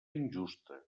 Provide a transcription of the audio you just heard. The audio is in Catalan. injusta